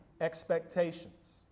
expectations